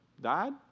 died